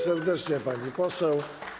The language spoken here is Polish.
serdecznie, pani poseł.